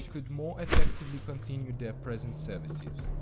could more effectively continue their present services.